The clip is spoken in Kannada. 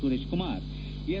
ಸುರೇಶ್ ಕುಮಾರ್ ಎಸ್